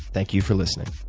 thank you for listening.